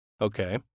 Okay